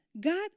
God